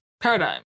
paradigm